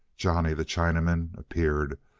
johnny, the chinaman, appeared,